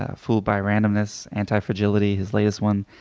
ah fooled by randomness, anti-frugality. is latest one,